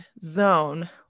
zone